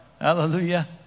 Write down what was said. Hallelujah